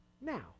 Now